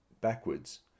backwards